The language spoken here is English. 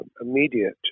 immediate